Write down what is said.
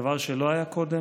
דבר שלא היה קודם.